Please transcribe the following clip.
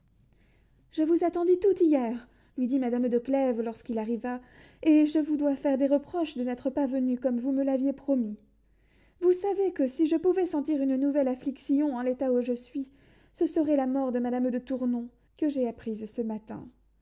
je vous attendis tout hier lui dit madame de clèves lorsqu'il arriva et je vous dois faire des reproches de n'être pas venu comme vous me l'aviez promis vous savez que si je pouvais sentir une nouvelle affliction en l'état où je suis ce serait la mort de madame de tournon que j'ai apprise ce matin